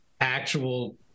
actual